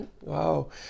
Wow